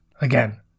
again